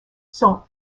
sont